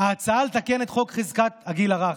ההצעה לתקן את חוק חזקת הגיל הרך.